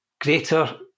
greater